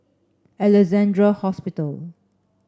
Alexandra Hospital